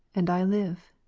and i live.